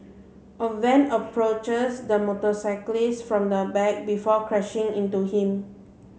a van approaches the motorcyclist from the back before crashing into him